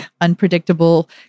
unpredictable